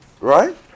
Right